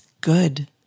good